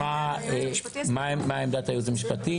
נשמע את עמדת הייעוץ המשפטי.